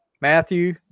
Matthew